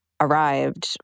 arrived